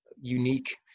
unique